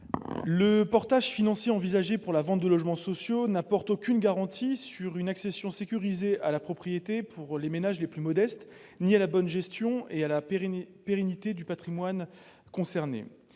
Le portage financier envisagé pour la vente de logements sociaux n'apporte aucune garantie pour une accession sécurisée à la propriété par les ménages les plus modestes. Il ne garantit pas non plus la bonne gestion et la pérennité du patrimoine concerné.